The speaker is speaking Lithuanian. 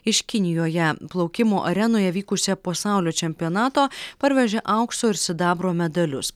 iš kinijoje plaukimo arenoje vykusio pasaulio čempionato parvežė aukso ir sidabro medalius